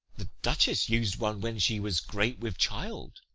the duchess us'd one when she was great with child.